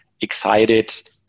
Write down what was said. excited